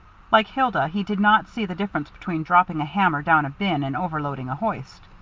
like hilda, he did not see the difference between dropping a hammer down a bin and overloading a hoist.